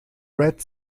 red